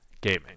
gaming